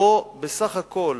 בוא, בסך הכול